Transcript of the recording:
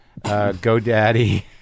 GoDaddy